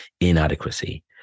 inadequacy